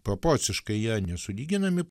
proporciškai jie nesulyginami